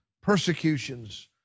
persecutions